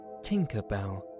Tinkerbell